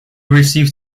received